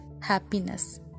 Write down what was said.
happiness